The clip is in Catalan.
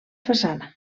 façana